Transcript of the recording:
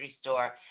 store